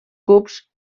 cups